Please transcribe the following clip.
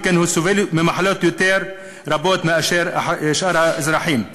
ועל כן הוא סובל ממחלות רבות יותר משאר האזרחים.